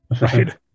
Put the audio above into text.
Right